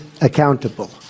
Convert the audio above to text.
accountable